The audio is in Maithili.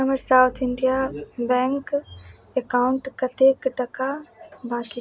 हमर साउथ इंडिया बैंक अकाउंट कतेक टाका बाँकी